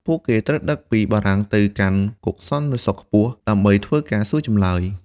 ពួកគេត្រូវដឹកពីបារាំងទៅកាន់គុកសន្តិសុខខ្ពស់ ដើម្បីធ្វើការសួរចម្លើយ។